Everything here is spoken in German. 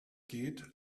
geht